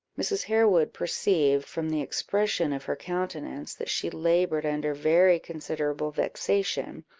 mrs. harewood perceived, from the expression of her countenance, that she laboured under very considerable vexation,